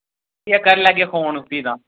ठीक ऐ कर लैगै फोन भी तां